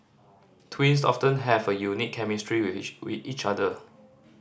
twins often have a unique chemistry with with each other